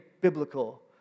biblical